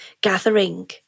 gathering